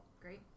Great